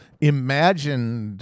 imagined